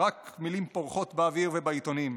רק מילים פורחות באוויר ובעיתונים.